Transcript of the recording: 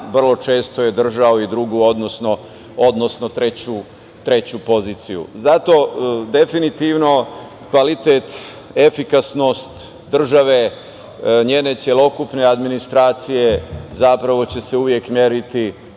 zime, isto je držao i drugu odnosno, treću poziciju. Zato definitivno kvalitet, efikasnost države, njene celokupne administracije zapravo će se uvek meriti